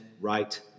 right